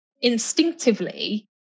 instinctively